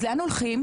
אז לאן הולכים?